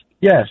Yes